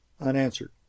unanswered